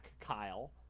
Kyle